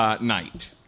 night